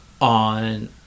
on